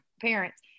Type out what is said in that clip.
parents